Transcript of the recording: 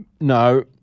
No